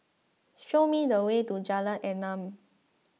show me the way to Jalan Enam